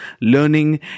learning